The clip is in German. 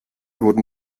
wurden